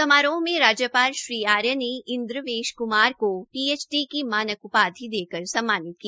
समारोह में राज्पाल श्री आर्य ने इन्द्रेश क्मार को पीएचडी के मानक उपाधि देकर कर सम्मानित किया